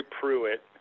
Pruitt